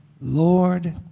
Lord